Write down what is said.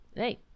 Hey